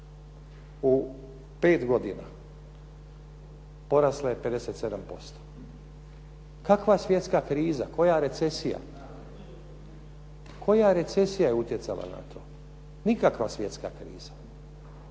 u 5 godina porasla je 57%. Kakva svjetska kriza, koja recesija je utjecala na to? Nikakva svjetska kriza.